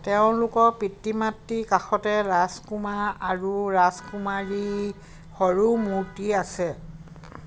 তেওঁলোকৰ পিতৃ মাতৃৰ কাষতে ৰাজকুমাৰ আৰু ৰাজকুমাৰীৰ সৰু মূৰ্তি আছে